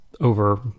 over